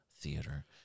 Theater